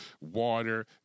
water